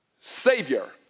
Savior